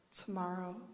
tomorrow